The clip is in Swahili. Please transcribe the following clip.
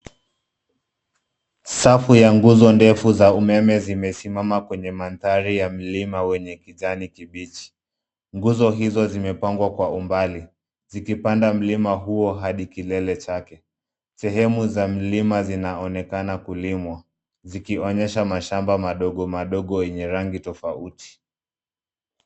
Safu ya nguzo ndefu za umeme zimesimama kwenye mandhari ya mlima mwenye kijani kibichi. Nguzo hizo zimepangwa kwa umbali, zikipanda mlima huo hadi kilele chake. Sehemu za mlima zinaonekana kulimwa, zikionyesha mashamba madogomadogo yenye rangi tofauti.